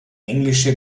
englische